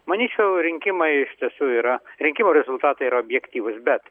manyčiau rinkimai iš tiesų yra rinkimų rezultatai yra objektyvūs bet